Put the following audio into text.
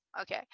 Okay